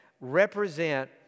represent